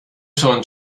schon